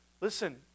Listen